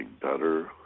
better